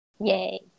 Yay